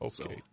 Okay